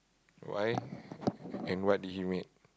why and what did he made